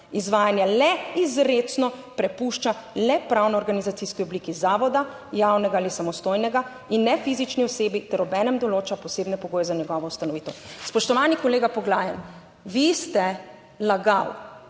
izvajanja le izrecno prepušča le pravno organizacijski obliki zavoda javnega ali samostojnega in ne fizični osebi ter obenem določa posebne pogoje za njegovo ustanovitev. Spoštovani kolega Poglajen! Vi ste lagal,